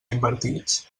invertits